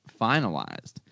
finalized